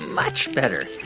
much better.